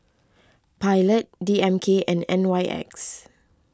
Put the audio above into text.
Pilot D M K and N Y X